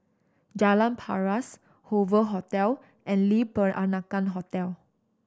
Jalan Paras Hoover Hotel and Le Peranakan Hotel